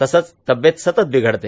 तसंच तब्येत सतत बिघडते